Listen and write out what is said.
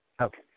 Okay